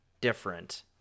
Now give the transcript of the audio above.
different